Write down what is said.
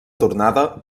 tornada